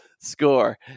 score